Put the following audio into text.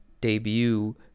debut